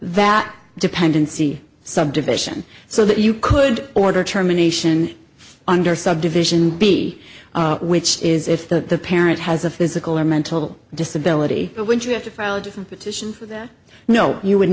that dependency subdivision so that you could order terminations under subdivision b which is if the parent has a physical or mental disability but when you have to file a different petition for that no you would